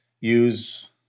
use